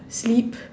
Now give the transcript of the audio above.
sleep